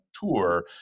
tour